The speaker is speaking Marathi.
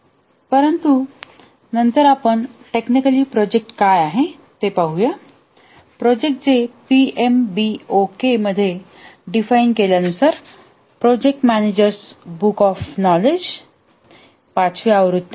परंतु नंतर आपण टेक्निकली प्रोजेक्ट काय आहे ते पाहू या प्रोजेक्ट जे पीएमबीओके मध्ये डिफाइन केल्या नुसार project managers book of knowledge पाचवी आवृत्ती